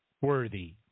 worthy